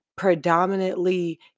predominantly